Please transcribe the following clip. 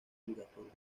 obligatoria